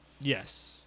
yes